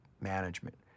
management